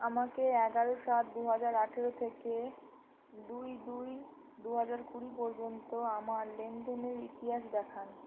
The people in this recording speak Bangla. আমাকে এগারো সাত দু হাজার আঠারো থেকে দুই দুই দু হাজার কুড়ি পর্যন্ত আমার লেনদেনের ইতিহাস দেখান